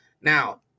now